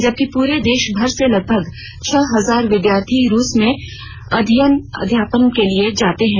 जबकि पूरे देश भर से लगभग छह हजार विद्यार्थी रूस में अध्ययन अध्यापन के लिए जाते हैं